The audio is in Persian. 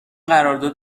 قرارداد